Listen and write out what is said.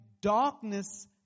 darkness